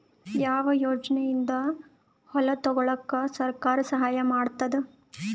ಯಾವ ಯೋಜನೆಯಿಂದ ಹೊಲ ತೊಗೊಲುಕ ಸರ್ಕಾರ ಸಹಾಯ ಮಾಡತಾದ?